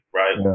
right